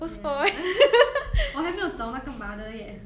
ya 我还没有找那个 mother yet